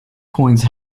coins